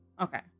Okay